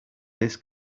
this